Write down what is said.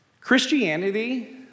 Christianity